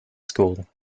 school